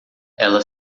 ela